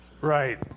Right